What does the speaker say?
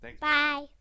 Bye